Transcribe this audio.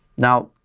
now,